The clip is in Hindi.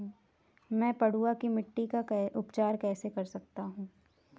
मैं पडुआ की मिट्टी का उपचार कैसे कर सकता हूँ?